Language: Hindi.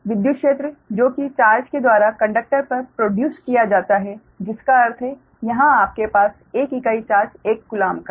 विद्युत क्षेत्र जो की चार्ज के द्वारा कंडक्टर पर प्रोड्यूस किया जाता है जिसका अर्थ है यहां आपके पास एक इकाई चार्ज एक कोलॉम्ब का है